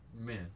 man